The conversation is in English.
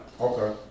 Okay